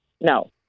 No